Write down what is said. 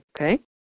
okay